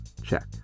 Check